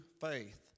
faith